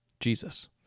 Jesus